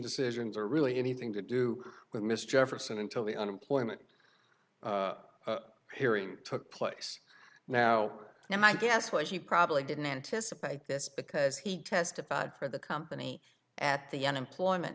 decisions or really anything to do with mr jefferson until the unemployment hearing took place now and my guess was he probably didn't anticipate this because he testified for the company at the unemployment